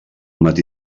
matí